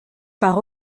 par